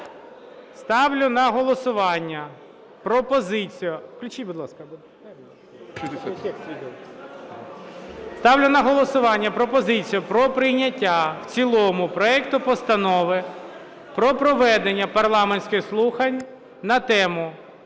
Ставлю на голосування пропозицію про прийняття в цілому проекту Постанови про проведення парламентських слухань на тему: